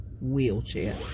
wheelchair